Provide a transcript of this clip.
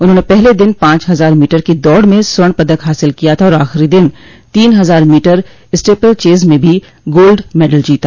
उन्होंने पहले दिन पांच हजार मीटर की दौड़ में स्वर्ण पदक हासिल किया था और आखिरी दिन तीन हजार मीटर स्टीपलचेज़ में भी गोल्ड मेडल जीता